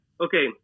Okay